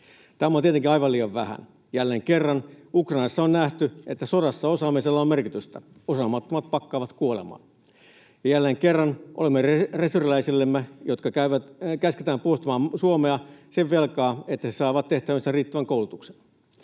Tämä on tietenkin aivan liian vähän. Jälleen kerran Ukrainassa on nähty, että sodassa osaamisella on merkitystä. Osaamattomat pakkaavat kuolemaan. Jälleen kerran: olemme reserviläisillemme, jotka käsketään puolustamaan Suomea, velkaa sen, että he saavat tehtäväänsä riittävän koulutuksen.